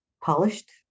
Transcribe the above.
polished